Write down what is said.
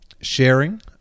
sharing